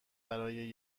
برای